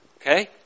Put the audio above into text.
Okay